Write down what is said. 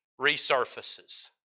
resurfaces